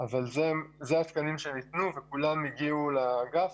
אבל זה התקנים שניתנו וכולם הגיעו לאגף.